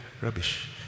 rubbish